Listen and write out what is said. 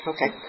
Okay